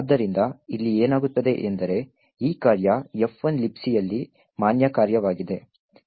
ಆದ್ದರಿಂದ ಇಲ್ಲಿ ಏನಾಗುತ್ತದೆ ಎಂದರೆ ಈ ಕಾರ್ಯ F1 Libcಯಲ್ಲಿ ಮಾನ್ಯ ಕಾರ್ಯವಾಗಿದೆ